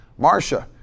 Marsha